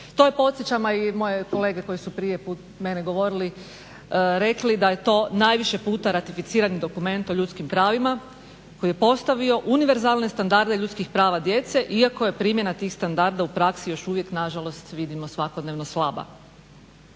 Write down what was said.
To je podsjećam, a i moje kolege koje su prije mene govorile, rekli da je to najviše ratificirani dokument o ljudskim pravima koji je postavio univerzalne standarde ljudskih prava djece iako je primjena tih standarda u praksi još uvijek, nažalost vidimo svakodnevno slaba.